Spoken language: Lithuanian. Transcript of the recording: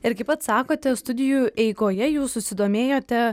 ir kaip pats sakote studijų eigoje jūs susidomėjote